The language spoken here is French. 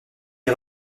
est